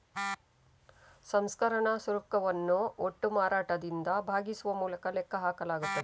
ಸಂಸ್ಕರಣಾ ಶುಲ್ಕವನ್ನು ಒಟ್ಟು ಮಾರಾಟದಿಂದ ಭಾಗಿಸುವ ಮೂಲಕ ಲೆಕ್ಕ ಹಾಕಲಾಗುತ್ತದೆ